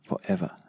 forever